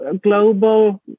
global